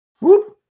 Whoop